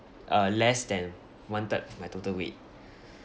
uh less than one third my total weight